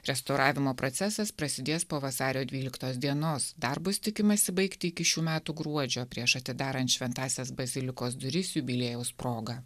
restauravimo procesas prasidės po vasario dvyliktos dienos darbus tikimasi baigti iki šių metų gruodžio prieš atidaran šventąsias bazilikos duris jubiliejaus proga